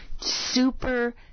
super